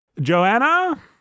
Joanna